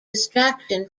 distraction